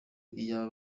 iyaba